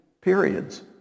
periods